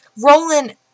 Roland